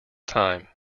time